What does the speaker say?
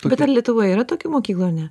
bet ar lietuvoje yra tokių mokyklų ar ne